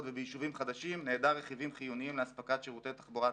וביישובים חדשים נעדר רכיבים חיוניים לאספקת שירותי תחבורה